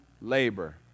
labor